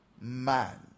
man